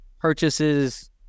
purchases